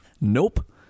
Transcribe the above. Nope